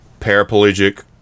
paraplegic